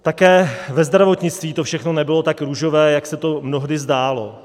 Také ve zdravotnictví to všechno nebylo tak růžové, jak se to mnohdy zdálo.